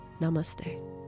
Namaste